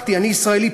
אני ישראלי,